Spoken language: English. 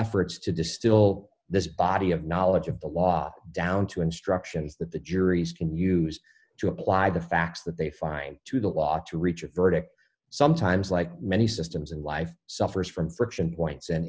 efforts to distill this body of knowledge of the law down to instructions that the juries can use to apply the facts that they find to the law to reach a verdict sometimes like many systems and wife suffers from friction points and